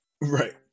Right